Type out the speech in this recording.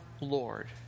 Lord